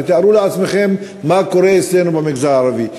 תתארו לעצמכם מה קורה אצלנו במגזר הערבי,